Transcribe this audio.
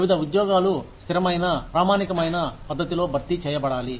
వివిధ ఉద్యోగాలు స్థిరమైన ప్రామాణికమైన పద్ధతిలో భర్తీ చేయబడాలి